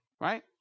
right